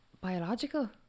biological